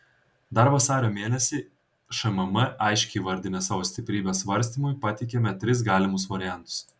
dar vasario mėnesį šmm aiškiai įvardinę savo stiprybes svarstymui pateikėme tris galimus variantus